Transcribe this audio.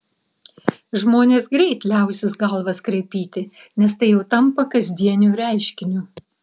žmonės greit liausis galvas kraipyti nes tai jau tampa kasdieniu reiškiniu